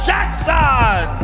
Jackson